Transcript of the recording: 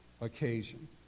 occasion